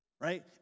right